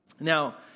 Now